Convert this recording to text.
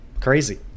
Crazy